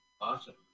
Awesome